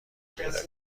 پیدا